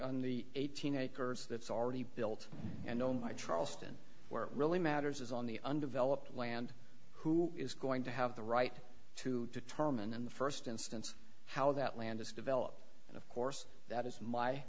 where the eighteen acres that's already built and know my charleston where it really matters is on the undeveloped land who is going to have the right to determine in the first instance how that land is developed and of course that is my